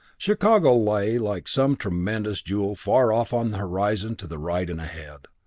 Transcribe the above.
chicago lay like some tremendous jewel far off on the horizon to the right and ahead.